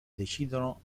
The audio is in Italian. decidono